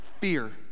Fear